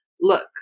look